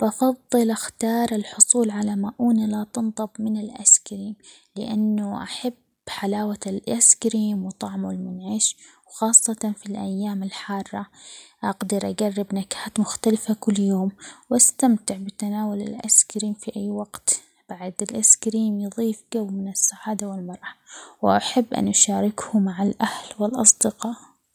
بفضل أختار الحصول على مؤونة لا تنطب من الآيس كريم؛ لأنه أحب حلاوة الآيس كريم، وطعمه المنعش، وخاصة في الأيام الحارة، أقدر أجرب نكهات مختلفة كل يوم، واستمتع بتناول الآيس كريم في أي وقت ، بعد الآيس كريم يضيف جو من السعادة والمرح ، وأحب أن أشاركه مع الأهل والأصدقاء.